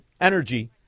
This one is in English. energy